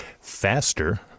faster